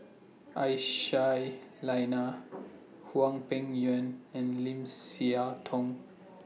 Aisyah Lyana Hwang Peng Yuan and Lim Siah Tong